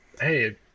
Hey